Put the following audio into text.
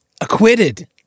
Acquitted